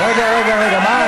רגע, רגע, רגע, מה?